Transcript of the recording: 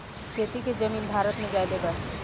खेती के जमीन भारत मे ज्यादे बा